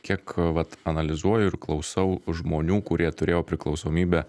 kiek vat analizuoju ir klausau žmonių kurie turėjo priklausomybę